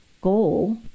goal